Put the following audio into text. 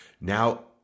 Now